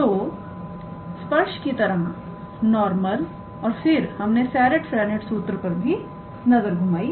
तो स्पर्श की तरह नॉर्मल और फिर हमने सेरिट फरेनेट सूत्र पर भी नजर घुमाई